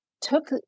took